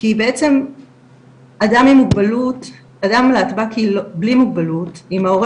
כי בעצם אדם להטב"ק בלי מוגבלות אם ההורה